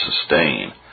sustain